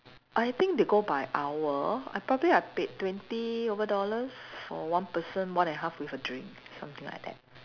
I think they go by hour I probably I paid twenty over dollars for one person more than half with a drink something like that